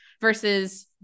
versus